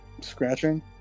scratching